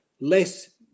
less